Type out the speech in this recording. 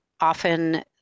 often